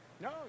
No